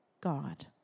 God